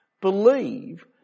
believe